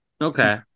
okay